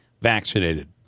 vaccinated